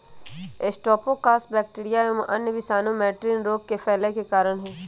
streptococcus bacteria एवं अन्य विषाणु मैटिन रोग के फैले के कारण हई